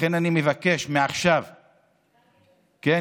לכן אני מבקש מעכשיו, קטי,